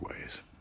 ways